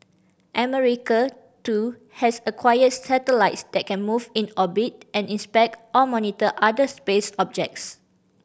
America too has acquired satellites that can move in orbit and inspect or monitor other space objects